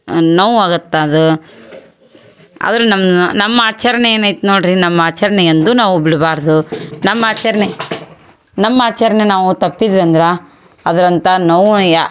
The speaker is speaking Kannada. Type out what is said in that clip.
ನೋವಾಗುತ್ತೆ ಅದು ಆದ್ರೆ ನಮ್ಮನ್ನ ನಮ್ಮ ಆಚರಣೆ ಏನೈತೆ ನೋಡಿರಿ ನಮ್ಮ ಆಚರಣೆ ಎಂದೂ ನಾವು ಬಿಡಬಾರ್ದು ನಮ್ಮ ಆಚರ್ಣೆ ನಮ್ಮ ಆಚರ್ಣೆ ನಾವು ತಪ್ಪಿದ್ರಂದ್ರೆ ಅದರಂಥ ನೋವು ಯಾ